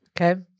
okay